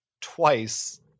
twice